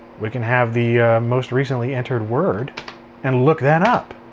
we can have the most recently entered word and look that up.